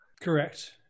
Correct